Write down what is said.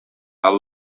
are